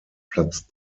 platz